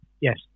Yes